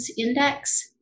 index